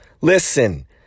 Listen